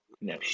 No